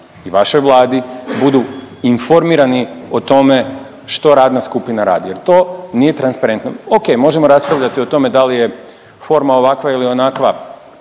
i vašoj Vladi budu informirani o tome što radna skupina radi jer to nije transparentno. Ok, možemo raspravljati o tome da li je forma ovakva ili onakva,